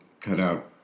cutout